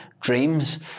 dreams